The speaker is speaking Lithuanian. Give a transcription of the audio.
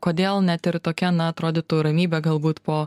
kodėl net ir tokia na atrodytų ramybė galbūt po